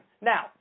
now